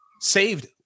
saved